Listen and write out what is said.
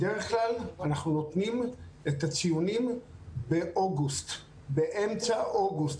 בדרך כלל אנחנו נותנים את הציונים באמצע אוגוסט,